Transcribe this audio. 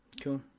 cool